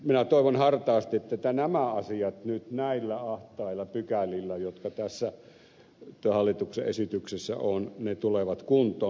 minä toivon hartaasti että nämä asiat nyt näillä ahtailla pykälillä jotka tässä hallituksen esityksessä on tulevat kuntoon